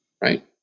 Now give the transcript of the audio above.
right